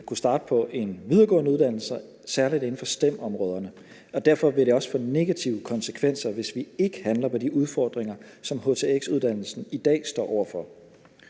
kunne starte på en videregående uddannelse inden for særlig STEM-områderne. Derfor vil det også få negative konsekvenser, hvis vi ikke handler på de udfordringer, som htx-uddannelsen i dag står over for.